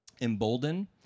embolden